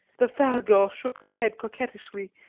the fair girl shook her head coquettishly,